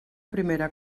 primera